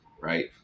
Right